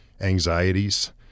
anxieties